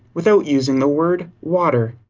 without using the word, water.